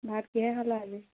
ভাত কিহেৰে খালা আজি